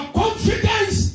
confidence